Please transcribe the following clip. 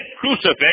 crucifix